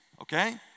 okay